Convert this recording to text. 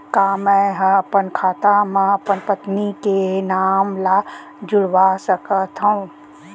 का मैं ह अपन खाता म अपन पत्नी के नाम ला जुड़वा सकथव?